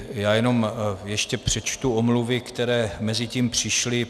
Já jenom ještě přečtu omluvy, které mezitím přišly.